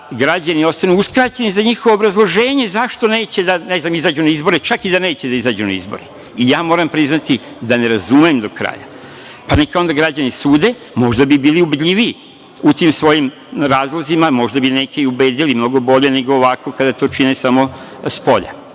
građani ostanu uskraćeni za njihovo obrazloženje zašto neće, ne znam, da izađu na izbore, čak i da neće da izađu na izbore. Moram priznati da ne razumem do kraja. Neka onda građani sude. Možda bi bili ubedljiviji u tim svojim razlozima, možda bi neke i ubedili mnogo bolje, nego ovako kada to čine samo spolja. Kažem,